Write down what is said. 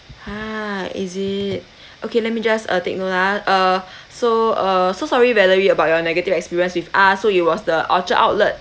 !huh! is it okay let me just uh take note ah uh so uh so sorry valerie about your negative experience with us so it was the orchard outlet